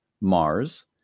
Mars